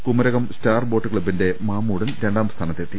Kumarakom star boat ക്ലബിന്റെ മാമ്മൂടൻ രണ്ടാം സ്ഥാനത്തെത്തി